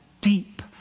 deep